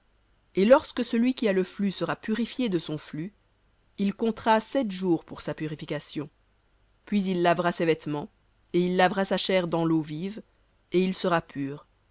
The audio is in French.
et lorsque celui qui a le flux sera purifié de son flux il comptera sept jours pour sa purification puis il lavera ses vêtements et il lavera sa chair dans l'eau vive et il sera pur